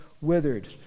withered